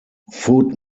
food